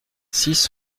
six